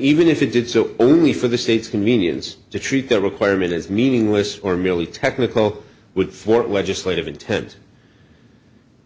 even if it did so only for the state's convenience to treat that requirement as meaningless or merely technical with four legislative intent